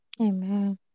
Amen